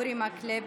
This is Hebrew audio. אורי מקלב,